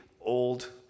old